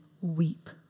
weep